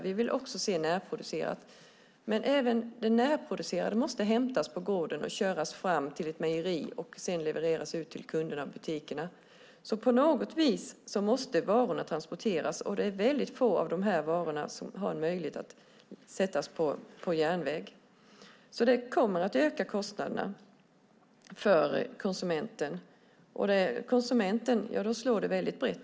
Också vi vill se närproducerade produkter, men även det närproducerade måste hämtas på gården, köras till ett mejeri och därefter levereras till butikerna och kunderna. På något vis måste varorna alltså transporteras, och mycket få av dessa varor kan fraktas på järnväg. Det kommer att öka kostnaderna för konsumenten, och då slår det väldigt brett.